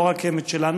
לא רק הם את שלנו,